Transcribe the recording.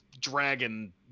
dragon